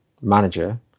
manager